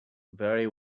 very